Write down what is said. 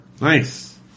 nice